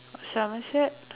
Somerset